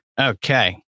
Okay